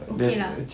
okay lah